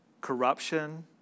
corruption